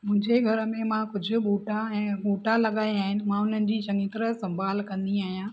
मुंहिंजे घर में मां कुझु बूटा ऐं वूटा लॻायां आहिनि मां उन्हनि जी चंङी तरह संभालु कंदी आहियां